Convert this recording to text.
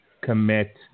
commit